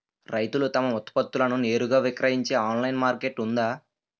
రైతులు తమ ఉత్పత్తులను నేరుగా విక్రయించే ఆన్లైన్ మార్కెట్ ఉందా?